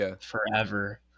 forever